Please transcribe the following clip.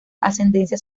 ascendencia